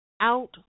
out